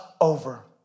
over